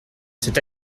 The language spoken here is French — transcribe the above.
c’est